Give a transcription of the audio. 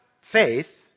faith